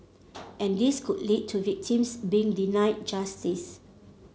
and this could lead to victims being denied justice